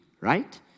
Right